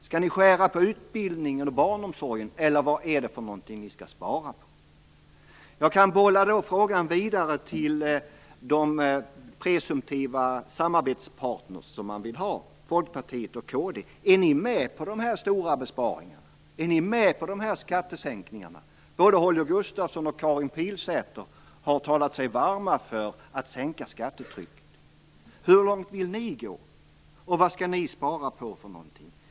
Skall ni skära i utbildningen eller barnomsorgen, eller vad skall ni spara på? Jag kan bolla frågan vidare till de presumtiva samarbetspartner man vill ha, Folkpartiet och kd: Är ni med på de här stora besparingarna? Är ni med på de här skattesänkningarna? Både Holger Gustafsson och Karin Pilsäter har talat sig varma för att sänka skattetrycket. Hur långt vill ni gå, och vad skall ni spara på?